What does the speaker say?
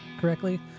correctly